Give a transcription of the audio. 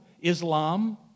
Islam